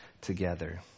together